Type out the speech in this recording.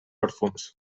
perfums